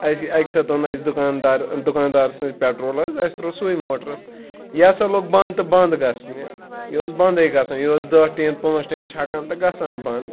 اَسہِ گٔیے اَکہِ ساتہٕ اوٚن اَسہِ دُکاندار دُکاندار سنٛدۍ پٮ۪ٹرول حظ اَسہِ ترٛوو سُے موٹرَس یہِ ہَسا لوٚگ بنٛد تہٕ بنٛد گژھنہِ یہِ اوس بَنٛدٕے گژھان یہِ اوس دہ ٹیٖن پانٛژھ ٹیٖن چھَکان تہٕ گَژھان بند